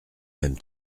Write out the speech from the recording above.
même